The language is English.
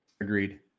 Agreed